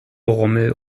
rommel